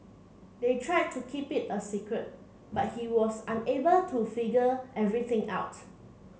they tried to keep it a secret but he was unable to figure everything out